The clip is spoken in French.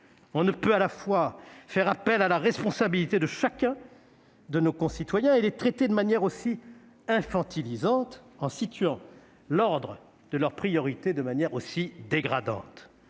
On ne peut à la fois faire appel à la responsabilité de chacun de nos concitoyens et les traiter de manière aussi infantilisante en situant l'ordre de leurs priorités de manière aussi dégradante.